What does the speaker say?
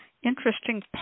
interesting